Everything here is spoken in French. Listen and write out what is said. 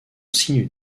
signe